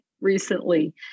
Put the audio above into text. recently